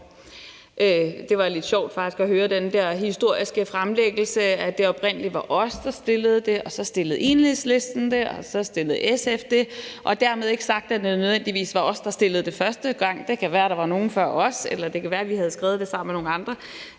faktisk lidt sjovt at høre den her historiske fremlæggelse af, at det oprindelig var os, der fremsatte det, og så fremsatte Enhedslisten det, og så fremsatte SF det. Dermed ikke sagt, at det nødvendigvis for os, der fremsatte det første gang – det kan være, at der var nogen før os, eller det kan være, at vi havde skrevet det sammen med nogle andre.